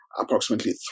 approximately